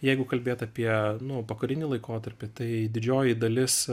jeigu kalbėt apie nu pokarinį laikotarpį tai didžioji dalis